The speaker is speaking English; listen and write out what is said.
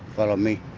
follow me.